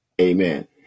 Amen